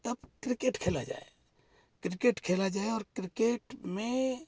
तब क्रिकेट खेला जाए क्रिकेट खेला जाए और क्रिकेट में